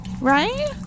right